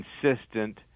consistent